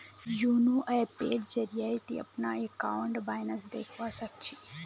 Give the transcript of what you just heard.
YONO ऐपेर जरिए ती अपनार अकाउंटेर बैलेंस देखवा सख छि